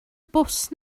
bws